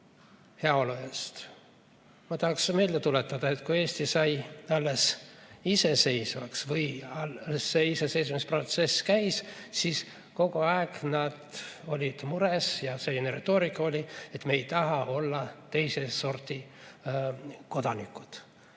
heaolu pärast, ma tahaksin meelde tuletada, et kui Eesti sai iseseisvaks või alles see iseseisvumisprotsess käis, siis kogu aeg nad olid mures ja selline retoorika oli, et me ei taha olla teise sordi kodanikud.